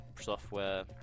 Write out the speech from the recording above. software